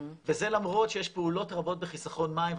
וזה למרות שיש פעולות רבות בחסכון מים.